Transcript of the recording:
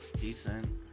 decent